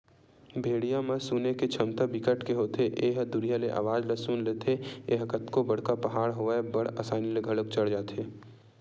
भेड़िया म सुने के छमता बिकट के होथे ए ह दुरिहा ले अवाज ल सुन लेथे, ए ह कतको बड़का पहाड़ होवय बड़ असानी ले चढ़ घलोक जाथे